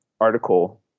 article